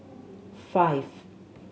five